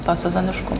to sezonišku